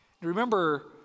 Remember